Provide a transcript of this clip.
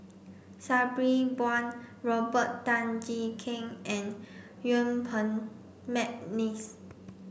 Sabri Buang Robert Tan Jee Keng and Yuen Peng McNeice